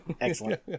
excellent